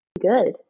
good